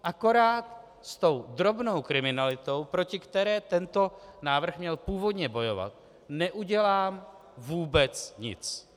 Akorát s tou drobnou kriminalitou, proti které tento návrh měl původně bojovat, neudělám vůbec nic.